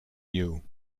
you